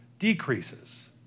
decreases